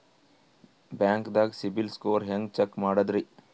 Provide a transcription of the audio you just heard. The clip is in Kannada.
ಬ್ಯಾಂಕ್ದಾಗ ಸಿಬಿಲ್ ಸ್ಕೋರ್ ಹೆಂಗ್ ಚೆಕ್ ಮಾಡದ್ರಿ?